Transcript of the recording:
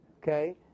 Okay